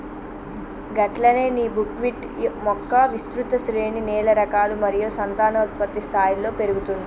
గట్లనే నీ బుక్విట్ మొక్క విస్తృత శ్రేణి నేల రకాలు మరియు సంతానోత్పత్తి స్థాయిలలో పెరుగుతుంది